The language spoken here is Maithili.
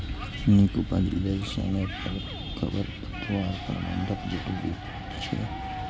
नीक उपज लेल समय पर खरपतवार प्रबंधन जरूरी छै